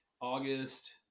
August